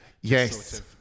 Yes